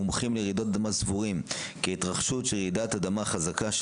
מומחים לרעידות אדמה סבורים כי התרחשות של רעידת אדמה חזקה,